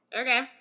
okay